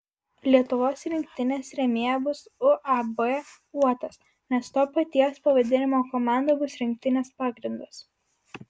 lietuvos rinktinės rėmėja bus uab uotas nes to paties pavadinimo komanda bus rinktinės pagrindas